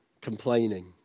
complaining